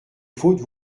faute